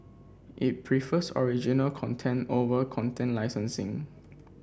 it prefers original content over content licensing